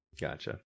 Gotcha